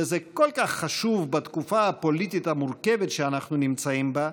וזה כל כך חשוב בתקופה הפוליטית המורכבת שאנחנו נמצאים בה,